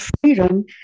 freedom